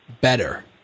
better